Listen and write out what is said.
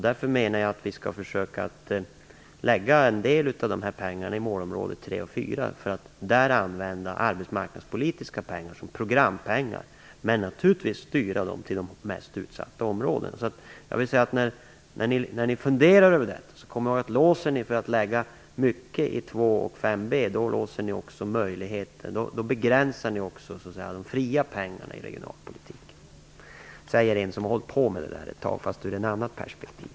Därför menar jag att vi skall försöka lägga en del av pengarna i målområde 3 och 4, för att där använda arbetsmarknadspolitiska pengar som programpengar men naturligtvis styra dem till de mest utsatta områdena. Jag vill säga att när ni funderar över detta, kom ihåg att låser ni er för att lägga mycket i 2 och 5B, då begränsar ni också de så att säga fria pengarna i regionalpolitiken - säger en som har hållit på med det där ett tag, fast ur ett annat perspektiv.